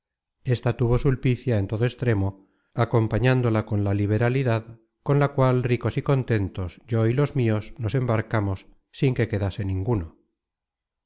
ésta tuvo sulpicia en todo extremo acompañándola con la liberalidad con la cual ricos y contentos yo y los mios nos embarcamos sin que quedase ninguno